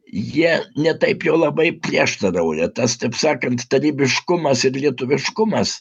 jie ne taip jau labai prieštarauja tas taip sakant tarybiškumas ir lietuviškumas